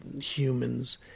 humans